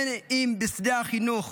אם בשדה החינוך